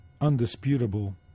undisputable